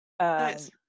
Nice